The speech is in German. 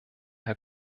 herr